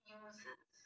uses